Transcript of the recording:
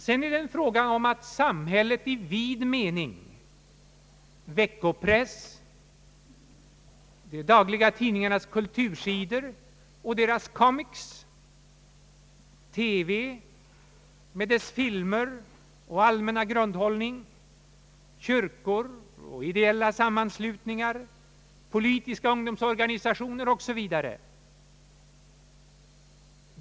Sedan beror det på samhället i vid mening — veckopress, dagliga tidningars kultursidor och »comics«, TV med dess filmer och allmänna grundhållning, kyrkor och ideella sammanslutningar, politiska ungdomsorganisationer m.fl. — vad slutresultatet blir.